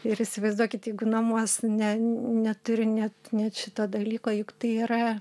ir įsivaizduokit jeigu namuos ne neturi net net šito dalyko juk tai yra